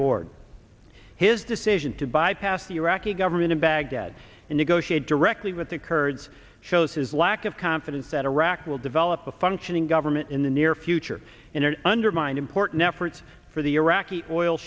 board his decision to bypass the iraqi government in baghdad and negotiate directly with the kurds shows his lack of confidence that iraq will develop a functioning government in the near future and undermine important efforts for the iraqi oil